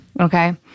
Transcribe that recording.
okay